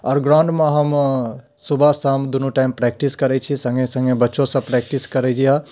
आओर ग्राउण्डमे हम सुबह शाम दुनू टाइम प्रेक्टिस करैत छी सङ्गे सङ्गे बच्चो सभ प्रेक्टिस करैए